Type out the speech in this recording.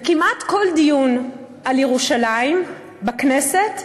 וכמעט כל דיון על ירושלים בכנסת,